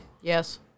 Yes